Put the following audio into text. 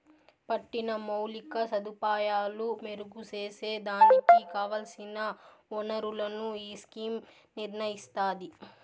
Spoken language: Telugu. పట్టిన మౌలిక సదుపాయాలు మెరుగు సేసేదానికి కావల్సిన ఒనరులను ఈ స్కీమ్ నిర్నయిస్తాది